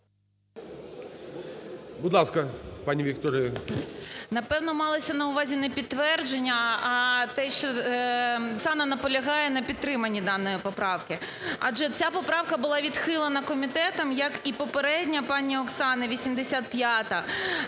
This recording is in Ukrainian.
Напевно малося на увазі не підтвердження, а те, що пані Оксана наполягає на підтриманні даної поправки. Адже ця поправка була відхилена комітетом, як і попередня пані Оксани, 85-а.